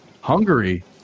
Hungary